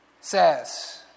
says